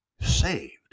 Saved